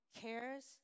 cares